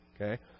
okay